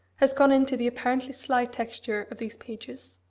has gone into the apparently slight texture of these pages.